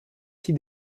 six